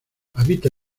habita